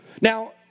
Now